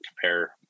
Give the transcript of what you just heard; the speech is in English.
compare